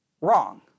wrong